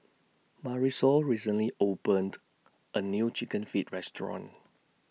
Marisol recently opened A New Chicken Feet Restaurant